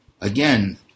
Again